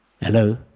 hello